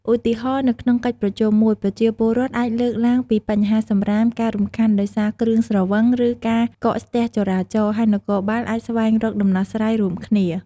ឧទាហរណ៍: នៅក្នុងកិច្ចប្រជុំមួយ ប្រជាពលរដ្ឋអាចលើកឡើងពីបញ្ហាសំរាម ការរំខានដោយសារគ្រឿងស្រវឹង ឬការកកស្ទះចរាចរណ៍ ហើយនគរបាលអាចស្វែងរកដំណោះស្រាយរួមគ្នា។